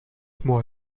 small